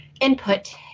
input